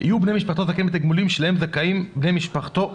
יהיו בני משפחתו זכאים לתגמולים שלהם זכאים בני משפחתו.